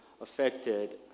affected